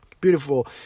beautiful